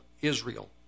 Israel